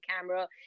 camera